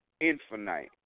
Infinite